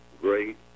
great